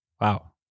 Wow